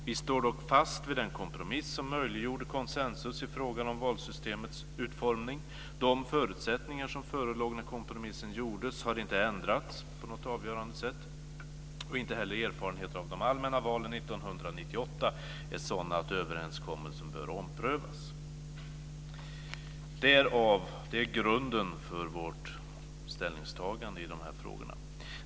Vi står dock fast vid den kompromiss som möjliggjorde konsensus i frågan om valsystemets utformning. De förutsättningar som förelåg när kompromissen gjordes har inte ändrats på något avgörande sätt, och inte heller erfarenheterna av de allmänna valen 1998 är sådana att överenskommelsen bör omprövas." Detta är grunden för vårt ställningstagande i dessa frågor.